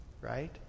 Right